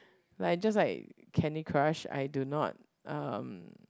like just like Candy Crush I do not um